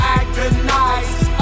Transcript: agonize